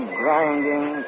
grinding